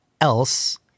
else